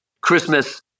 Christmas